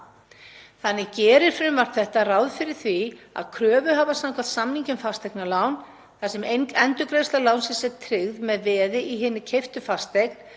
Þannig gerir frumvarp þetta ráð fyrir því að kröfuhafa, samkvæmt samningi um fasteignalán, þar sem endurgreiðsla lánsins er tryggð með veði í hinni keyptu fasteign,